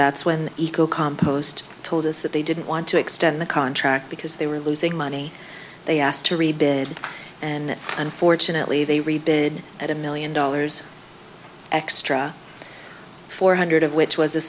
that's when the eco compost told us that they didn't want to extend the contract because they were losing money they asked to rebid and unfortunately they rebid at a million dollars extra four hundred of which was a